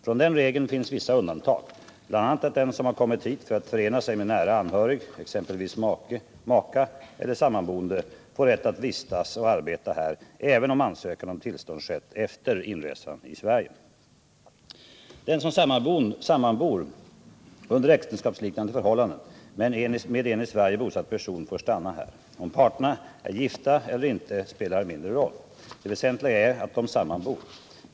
Från denna regel finns vissa undantag, bl.a. att den som har kommit hit för att förena sig med nära anhörig, exempelvis make/maka eller sammanboende, får rätt att vistas och arbeta här även om ansökan om tillstånd skett efter inresan i Sverige. Den som sammanbor under äktenskapsliknande förhållanden med en i Sverige bosatt person får stanna här. Om parterna är gifta eller ej spelar mindre roll. Det väsentliga är att de sammanbor.